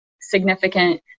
significant